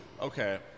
Okay